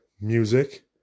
music